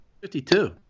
fifty-two